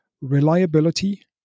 reliability